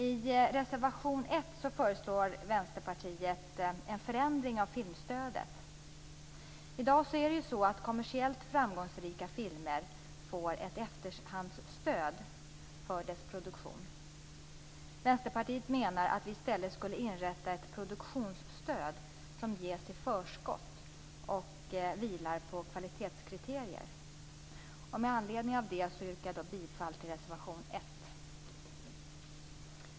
I reservation 1 föreslår Vänsterpartiet en förändring av filmstödet. I dag får kommersiellt framgångsrika filmer ett efterhandsstöd för sin produktion. Vänsterpartiet menar att man i stället borde inrätta ett produktionsstöd som ges i förskott och vilar på kvalitetskriterier. Med anledning av det yrkar jag bifall till reservation 1.